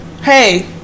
hey